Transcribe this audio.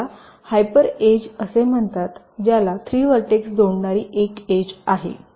त्याला hyper edge असे म्हणतात ज्याला 3 व्हर्टेक्स जोडणारी एक एज आहे